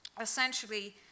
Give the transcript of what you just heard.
essentially